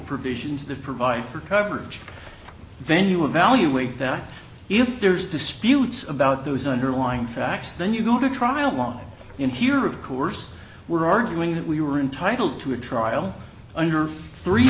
provisions that provide for coverage venue evaluate that if there's disputes about those underlying facts then you go to trial on in here of course we're arguing that we were entitled to a trial under three